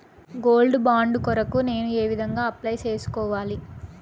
Gold bond కొరకు నేను ఏ విధంగా అప్లై సేసుకోవాలి?